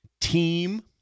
Team